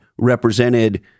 represented